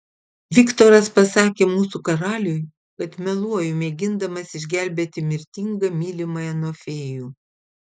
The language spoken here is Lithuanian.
viktoras pasakė mūsų karaliui kad meluoju mėgindamas išgelbėti mirtingą mylimąją nuo fėjų